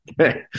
okay